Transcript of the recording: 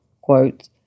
quote